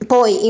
Poi